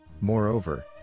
Moreover